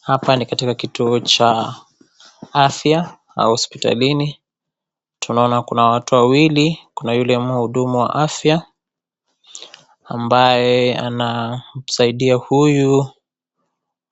Hapa ni katika kituo cha afya au hospitalini. Tunaona kuna watu wawili, kuna yule mhudumu wa afya, ambaye anamsaidia huyu